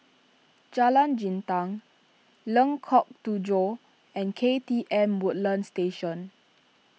Jalan Jintan Lengkok Tujoh and K T M Woodlands Station